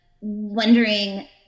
wondering